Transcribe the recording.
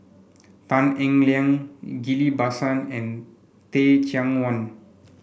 Tan Eng Liang Ghillie Basan and Teh Cheang Wan